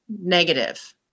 negative